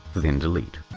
then delete.